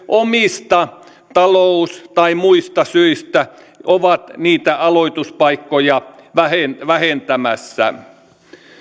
omista talous tai muista syistään ovat niitä aloituspaikkoja vähentämässä vähentämässä